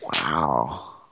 Wow